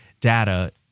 data